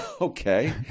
Okay